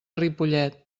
ripollet